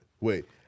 wait